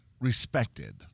respected